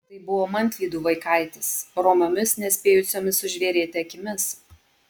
tai buvo manvydų vaikaitis romiomis nespėjusiomis sužvėrėti akimis